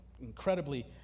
incredibly